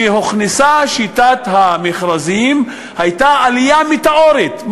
כשהוכנסה שיטת המכרזים הייתה עלייה מטאורית,